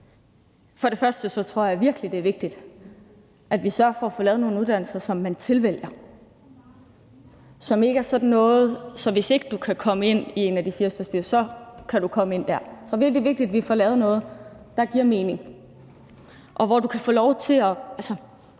For det første tror jeg virkelig, det er vigtigt, at vi sørger for at få lavet nogle uddannelser, som man tilvælger, og som ikke er sådan noget med, at hvis ikke du kan komme ind i en af de fire største byer, så kan du komme ind der. Det er virkelig vigtigt, at vi får lavet noget, der giver mening. Altså, kunne vi ikke